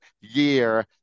year